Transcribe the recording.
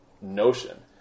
notion